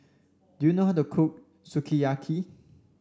do you know how to cook Sukiyaki